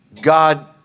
God